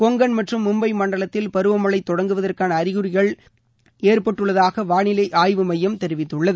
கொங்கன் மற்றும் மும்பை மண்டலத்தில் பருவமனழ தொடங்குவதற்கான அழிகுறிகள் ஏற்பட்டுள்ளதாக வானிலை ஆய்வு மையம் தெரிவித்துள்ளது